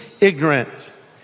ignorant